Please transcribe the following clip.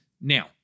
now